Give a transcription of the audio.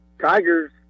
Tiger's